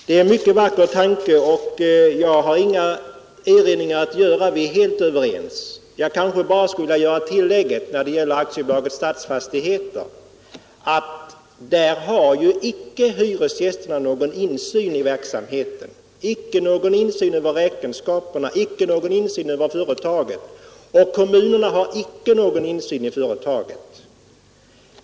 Det är en mycket vacker tanke, och jag har inga erinringar att göra. Vi är helt överens. Jag kanske bara skulle vilja göra det tillägget när det gäller AB Stadsfastigheter att hyresgästerna icke har någon insyn i verksamheten, de har icke någon insyn i räkenskaperna och icke någon insyn i företaget. Kommunerna har heller icke någon insyn i företaget.